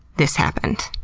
this happened.